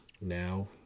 now